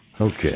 Okay